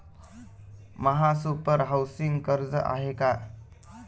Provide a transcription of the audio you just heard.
महासुपर हाउसिंग कर्ज आहे का?